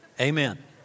Amen